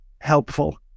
helpful